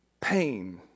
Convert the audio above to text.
pain